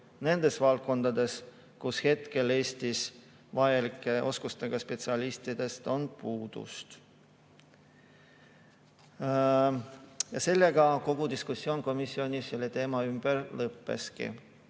nendes valdkondades, kus hetkel Eestis vajalike oskustega spetsialiste on puudu. Sellega kogu diskussioon komisjonis selle teema ümber lõppes.